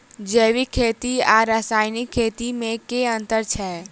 जैविक खेती आ रासायनिक खेती मे केँ अंतर छै?